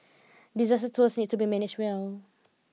disaster tours need to be managed well